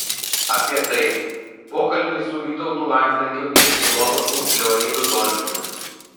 apie tai pokalbis su vytautu landsbergiu ir filosofu leonidu donskiu